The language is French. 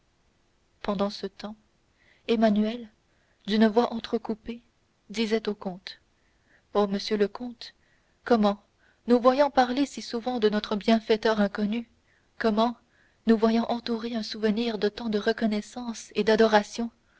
pendant ce temps emmanuel d'une voix entrecoupée disait au comte oh monsieur le comte comment nous voyant parler si souvent de notre bienfaiteur inconnu comment nous voyant entourer un souvenir de tant de reconnaissance et d'adoration